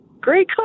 Great